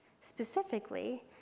specifically